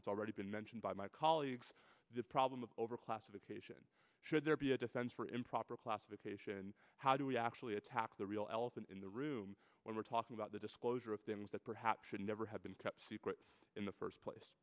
that's already been mentioned by my colleagues the problem over class occasion should there be a defense for improper classification how do we actually attack the real elephant in the room when we're talking about the disclosure of things that perhaps should never have been kept secret in the first place